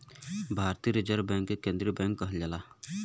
भारतीय reserve bank के केन्द्रीय बैंक कहल जाला